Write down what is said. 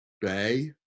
Bay